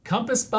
Compass